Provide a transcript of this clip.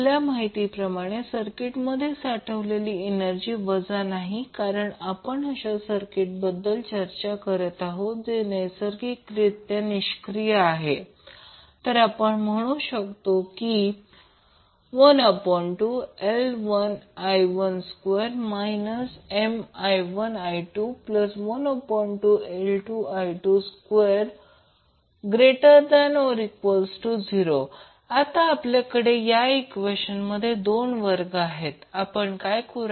आपल्या माहितीप्रमाणे सर्किटमध्ये साठवलेली एनर्जी वजा नाही कारण आपण अशा सर्किट बद्दल चर्चा करत आहोत जे नैसर्गिकरित्या निष्क्रिय आहे तर आपण म्हणू शकतो 12L1i12 Mi1i212L2i22≥0 आता आपल्याकडे या ईक्वेशनमध्ये दोन वर्ग आहेत आपण काय करुया